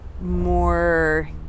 more